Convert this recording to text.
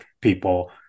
people